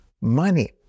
money